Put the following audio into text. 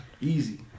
Easy